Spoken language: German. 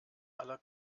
aller